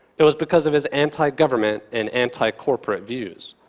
it was because of his anti-government and anti-corporate views.